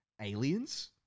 aliens